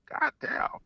goddamn